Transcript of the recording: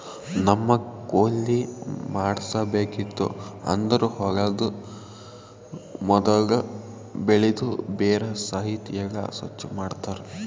ನಮ್ಮಗ್ ಕೊಯ್ಲಿ ಮಾಡ್ಸಬೇಕಿತ್ತು ಅಂದುರ್ ಹೊಲದು ಮೊದುಲ್ ಬೆಳಿದು ಬೇರ ಸಹಿತ್ ಎಲ್ಲಾ ಸ್ವಚ್ ಮಾಡ್ತರ್